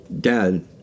Dad